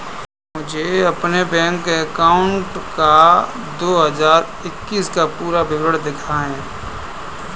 मुझे अपने bank account का दो हज़ार इक्कीस का पूरा विवरण दिखाएँ?